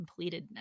completedness